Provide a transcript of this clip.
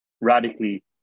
radically